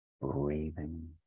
Breathing